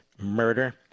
murder